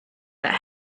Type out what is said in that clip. that